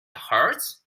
hurts